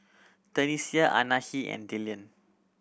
Tenisha Anahi and Dillion